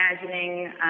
imagining